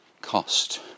cost